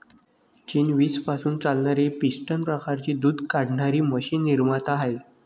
चीन वीज पासून चालणारी पिस्टन प्रकारची दूध काढणारी मशीन निर्माता आहे